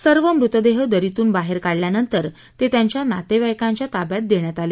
सर्व मृतदेह दरीतून बाहेर काढल्यानंतर ते त्यांच्या नातेवाईकांच्या ताब्यात देण्यात आले